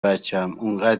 بچم، انقدر